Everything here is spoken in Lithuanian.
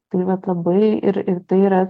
tai vat labai ir ir tai yra